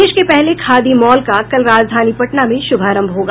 देश के पहले खादी मॉल का कल राजधानी पटना में शुभारंभ होगा